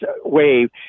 wave